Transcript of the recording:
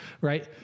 right